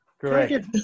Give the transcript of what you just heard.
Correct